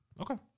Okay